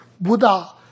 Buddha